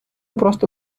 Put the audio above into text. просто